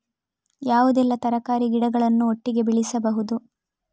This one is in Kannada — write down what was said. ಯಾವುದೆಲ್ಲ ತರಕಾರಿ ಗಿಡಗಳನ್ನು ಒಟ್ಟಿಗೆ ಬೆಳಿಬಹುದು?